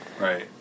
Right